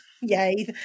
yay